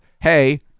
hey